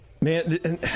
man